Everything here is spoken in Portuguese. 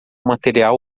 material